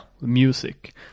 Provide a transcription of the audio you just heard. Music